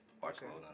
Barcelona